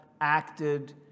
acted